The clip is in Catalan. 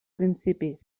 principis